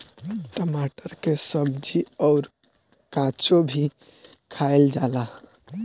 टमाटर के सब्जी अउर काचो भी खाएला जाला